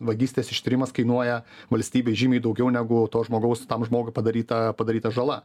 vagystės ištyrimas kainuoja valstybei žymiai daugiau negu to žmogaus tam žmogui padaryta padaryta žala